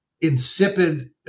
insipid